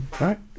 right